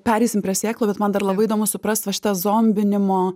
pereisim prie sėklų bet man dar labai įdomu suprast va šitą zombinimo